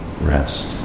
rest